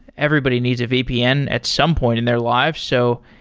everybody needs a vpn at some point in their lives. so,